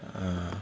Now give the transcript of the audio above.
ugh